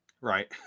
right